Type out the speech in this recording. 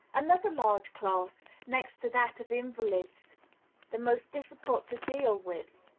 another large class, next to that of invalids the most difficult to deal with,